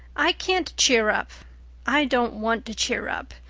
i can't cheer up i don't want to cheer up.